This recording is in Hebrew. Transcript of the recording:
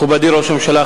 מכובדי ראש הממשלה,